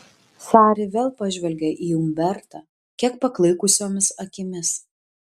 sari vėl pažvelgia į umbertą kiek paklaikusiomis akimis